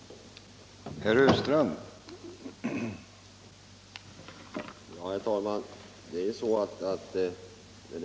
motverka oskäliga kapitalvinster vid